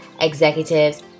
executives